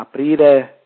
Aprire